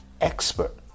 expert